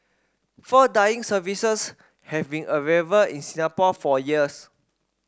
fur dyeing services have been available in Singapore for years